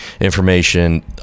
information